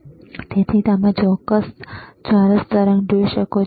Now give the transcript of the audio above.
તેથી તમે ચોરસ તરંગ જોઈ શકો છો